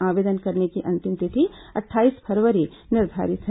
आवेदन करने की अंतिम तिथि अट्ठाईस फरवरी निर्धारित है